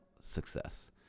success